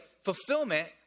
fulfillment